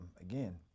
again